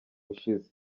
ushize